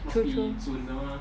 true true